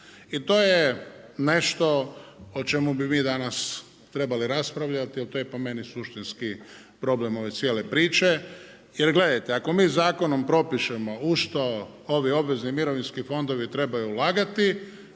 I to je nešto o čemu bi mi danas trebali raspravljati jer to je po meni suštinski problem ove cijele priče. Jer gledajte, ako mi zakonom propišemo u što ovo obvezni mirovinski fondovi trebaju ulagati,